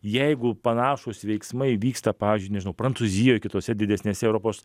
jeigu panašūs veiksmai vyksta pavyzdžiui nežinau prancūzijoj kitose didesnėse europos